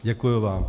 Děkuji vám.